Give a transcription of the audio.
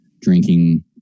drinking